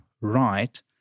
right